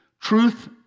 Truth